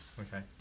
Okay